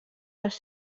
les